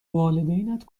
والدینت